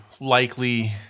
likely –